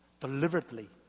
deliberately